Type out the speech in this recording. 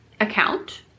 account